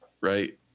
Right